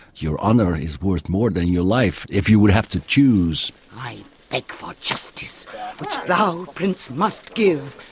your honour is worth more than your life. if you would have to choose. i beg for justice which thou prince must give.